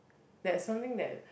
that something that